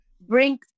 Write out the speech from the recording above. bring